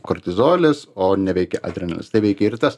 kortizolis o neveikia adrenalinas tai veikia ir tas